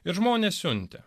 ir žmonės siuntė